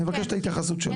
אני מבקש את ההתייחסות שלך.